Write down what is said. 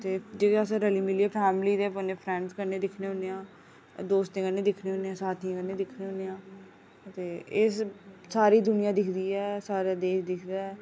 ते जेह्दे अस रली मिलियै फैमिली दे कन्नै फ्रैंडस कन्नै दिखनें होनें आं दोस्तें कन्नै दिखनें होनें आं साथियें कन्नै दिखनें होनें आं ते इस सारी दुनिया दिखदी ऐ सारा देश दिखदा ऐ